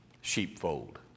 sheepfold